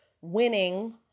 winning